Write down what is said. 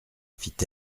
fit